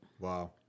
Wow